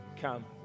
Come